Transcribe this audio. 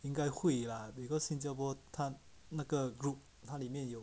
应该会 lah because 新加坡他那个 group 他里面有